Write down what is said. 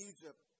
Egypt